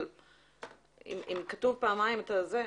אבל אם כתוב פעמיים את זה,